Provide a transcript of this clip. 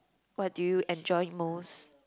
what do you enjoy most